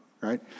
right